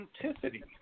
authenticity